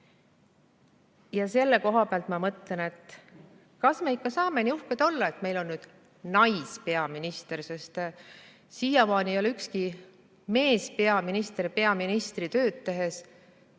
Selle koha peal ma mõtlen, kas me ikka saame nii uhked olla, et meil on nüüd naispeaminister, sest siiamaani ei ole ükski meespeaminister peaministri tööd tehes